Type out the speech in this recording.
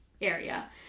area